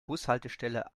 bushaltestelle